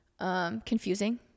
confusing